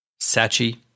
Sachi